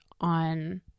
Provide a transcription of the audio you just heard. on